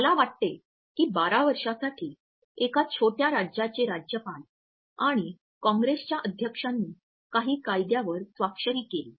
मला वाटते की 12 वर्षासाठी एका छोट्या राज्याचे राज्यपाल आणि कॉंग्रेसच्या अध्यक्षांनी काही कायद्यावर स्वाक्षरी केली